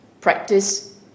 practice